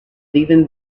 even